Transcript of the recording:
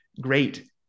Great